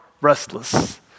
restless